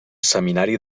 seminari